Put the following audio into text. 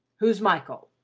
who's michael?